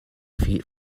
feet